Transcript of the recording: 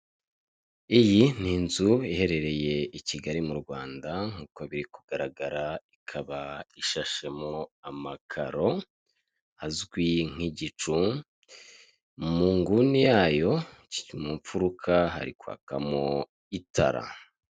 Iyi ni inzu iherereye i Kigali mu Rwanda nkuko biri kugaragara ikaba ishashemwo amakaro azwi nk'igicu mu nguni yayo mu mfuruka hari kwakamo itara.